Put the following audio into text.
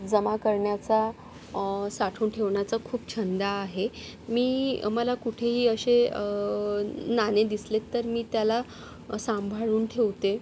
जमा करण्याचा साठवून ठेवण्याचा खूप छंद आहे मी मला कुठेही असे नाणे दिसले तर मी त्याला सांभाळून ठेवते